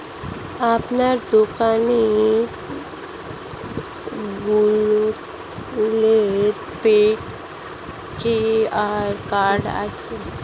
আপনার দোকানে Google pay QR code আছে?